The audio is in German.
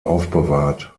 aufbewahrt